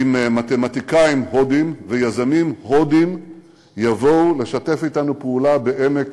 אם מתמטיקאים הודים ויזמים הודים יבואו לשתף אתנו פעולה בעמק